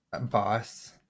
boss